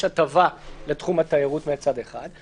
יש הטבה לתחום התיירות, מצד אחד.